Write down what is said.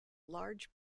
large